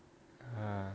ah